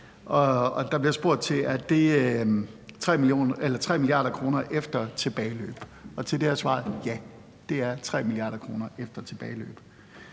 der bliver spurgt til, om det er 3 mia. kr. efter tilbageløb. Og til det er svaret: Ja, det er 3 mia. kr. efter tilbageløb.